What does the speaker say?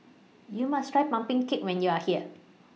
YOU must Try Pumpkin Cake when YOU Are here